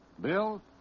Bill